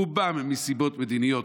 רובם מסיבות מדיניות,